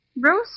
Rose